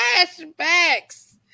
flashbacks